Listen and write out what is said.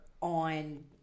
on